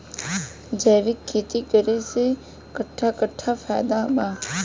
जैविक खेती करे से कट्ठा कट्ठा फायदा बा?